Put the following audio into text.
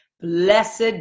Blessed